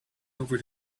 over